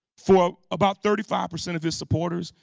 for about thirty five percent of his supporters,